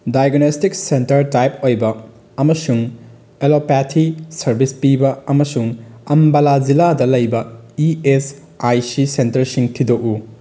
diagnostic centre type ꯑꯣꯏꯕ ꯑꯃꯁꯨꯡ allopathy service ꯄꯤꯕ ꯑꯃꯁꯨꯡ ꯑꯝꯕꯂꯥ ꯖꯤꯜꯂꯥꯗ ꯂꯩꯕ ꯏꯤ ꯑꯦꯁ ꯑꯥꯏ ꯁꯤ ꯁꯦꯟꯇꯔꯁꯤꯡ ꯊꯤꯗꯣꯛꯎ